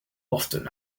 often